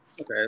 Okay